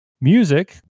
Music